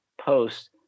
post